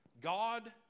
God